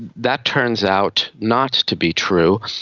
that turns out not to be true.